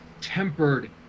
tempered